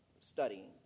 studying